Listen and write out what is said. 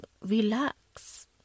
relax